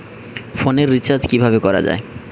ফোনের রিচার্জ কিভাবে করা যায়?